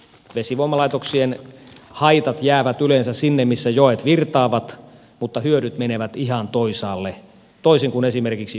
vesivoimalaitoksien haitat jäävät yleensä sinne missä joet virtaavat mutta hyödyt menevät ihan toisaalle toisin kuin esimerkiksi ydinvoimalaitosten suhteen